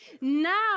Now